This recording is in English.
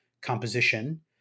composition